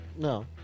no